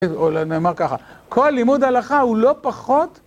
או נאמר ככה, כל לימוד הלכה הוא לא פחות.